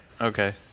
okay